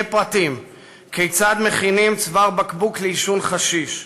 פרטים כיצד מכינים צוואר בקבוק לעישון חשיש.